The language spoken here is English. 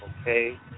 okay